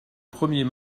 premier